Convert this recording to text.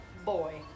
boy